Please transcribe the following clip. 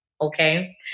Okay